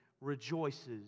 rejoices